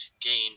gain